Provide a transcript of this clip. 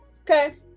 okay